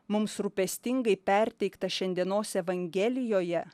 mums rūpestingai perteiktą šiandienos evangelijoje